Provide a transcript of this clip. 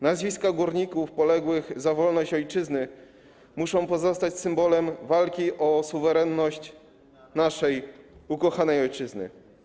Nazwiska górników poległych za wolność ojczyzny muszą pozostać symbolem walki o suwerenność naszej ukochanej ojczyzny.